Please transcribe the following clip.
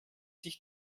sich